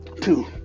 two